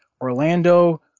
Orlando